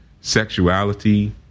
sexuality